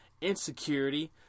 insecurity